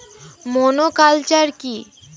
Monoculture কি?